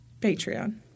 Patreon